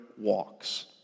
walks